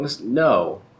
no